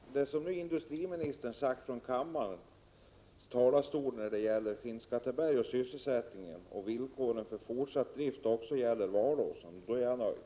Herr talman! Om det som industriministern nu har sagt från kammarens talarstol beträffande Skinnskatteberg och sysselsättningen samt villkoren för fortsatt drift också gäller Valåsen är jag nöjd.